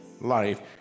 life